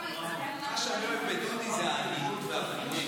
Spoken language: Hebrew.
מה שאני אוהב בדודי זה האנינות והעדינות.